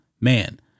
man